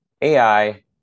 AI